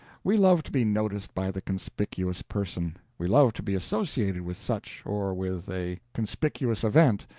we love to be noticed by the conspicuous person we love to be associated with such, or with a conspicuous event,